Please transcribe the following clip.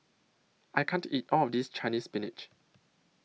I can't eat All of This Chinese Spinach